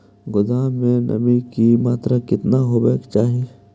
गोदाम मे नमी की मात्रा कितना होबे के चाही?